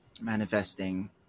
manifesting